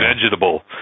vegetable